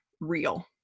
real